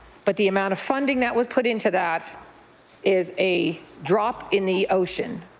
but the amount of funding that was put into that is a drop in the ocean.